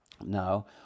no